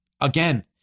Again